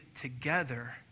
together